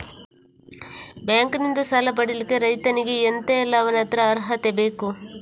Bank ನಿಂದ ಸಾಲ ಪಡಿಲಿಕ್ಕೆ ರೈತನಿಗೆ ಎಂತ ಎಲ್ಲಾ ಅವನತ್ರ ಅರ್ಹತೆ ಬೇಕು?